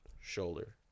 shoulder